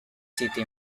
city